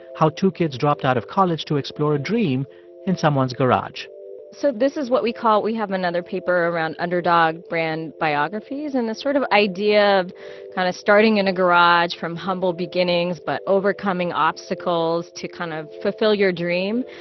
how two kids dropped out of college to explore a dream in someone's garage so this is what we call we have another paper around underdog brand biographies and this sort of idea of kind of starting in a garage from humble beginnings, but overcoming obstacles to kind of fulfill your dream,